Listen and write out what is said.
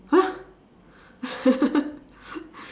!huh!